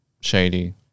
shady